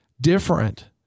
different